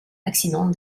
accident